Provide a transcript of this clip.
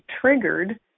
triggered